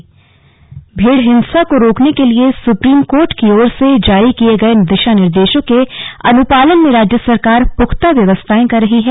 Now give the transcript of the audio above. slug भीड़ हिंसा भीड़ हिंसा को रोकने के लिए सुप्रीम कोर्ट की ओर से जारी किये गए दिशा निर्देशों के अनुपालन में राज्य सरकार पुख्ता व्यवस्थाएं कर रही है